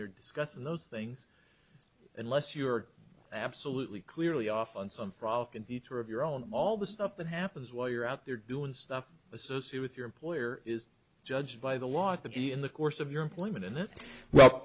they're discussing those things unless you're absolutely clearly off on some frolic and future of your own all the stuff that happens while you're out there doing stuff associate with your employer is judged by the law at the in the course of your employment and well